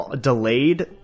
delayed